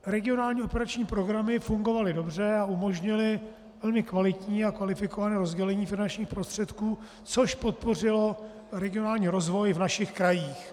Regionální operační programy fungovaly dobře a umožnily velmi kvalitní a kvalifikované rozdělení finančních prostředků, což podpořilo regionální rozvoj v našich krajích.